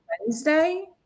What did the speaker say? Wednesday